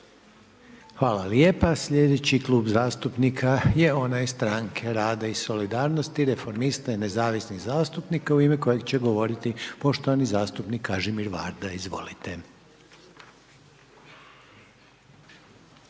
Hvala lijepa. Sljedeći Klub zastupnika je onaj Stranke rada i solidarnosti, reformista i nezavisnih zastupnika u ime kojeg će govoriti poštovani zastupnik Kažimir Varda. Izvolite.